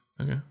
Okay